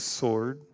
sword